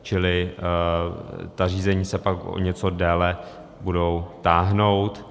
Čili ta řízení se pak o něco déle budou táhnout.